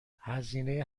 هزینه